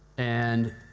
and,